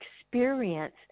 experience